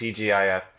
TGIF